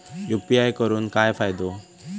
UPI करून काय फायदो?